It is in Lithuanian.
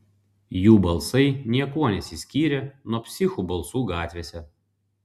jų balsai niekuo nesiskyrė nuo psichų balsų gatvėse